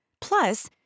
Plus